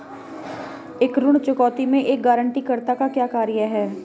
ऋण चुकौती में एक गारंटीकर्ता का क्या कार्य है?